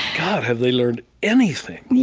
god, have they learned anything?